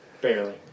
Barely